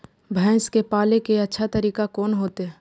भैंस के पाले के अच्छा तरीका कोन होते?